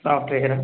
సాఫ్ట్వేరా